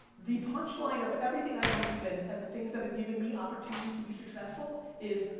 the punchline of everything i believe in and the things that have given me opportunities to be successful is,